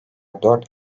dört